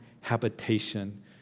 habitation